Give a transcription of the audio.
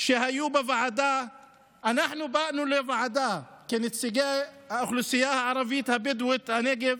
שהיו בוועדה אנחנו באנו לוועדה כנציגי האוכלוסייה הערבית-בדואית בנגב,